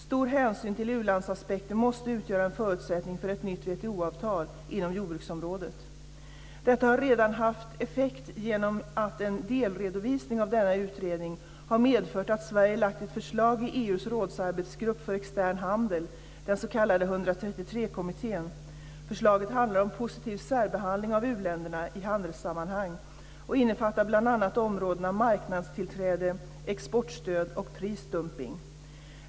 Stor hänsyn till u-landsaspekter måste utgöra en förutsättning för ett nytt WTO-avtal inom jordbruksområdet. Detta har redan haft effekt genom att en delredovisning av denna utredning har medfört att Sverige lagt ett förslag i EU:s rådsarbetsgrupp för extern handel, den s.k. 133-kommittén. Förslaget handlar om positiv särbehandling av u-länderna i handelssammanhang och innefattar bl.a. områdena marknadstillträde, exportstöd och prisdumpning.